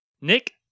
Nick